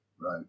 right